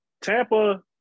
Tampa